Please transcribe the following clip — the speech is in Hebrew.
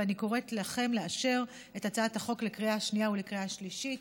ואני קוראת לכם לאשר את הצעת החוק בקריאה השנייה ובקריאה השלישית.